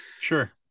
Sure